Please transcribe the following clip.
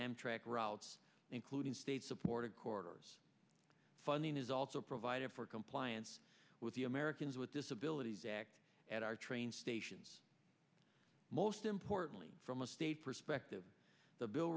amtrak routes including state supported corridors funding is also provided for compliance with the americans with disabilities act at our train stations most importantly from a state perspective the bill